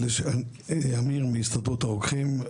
אמיר מהסתדרות הרוקחים.